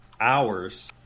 hours